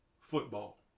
football